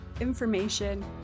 information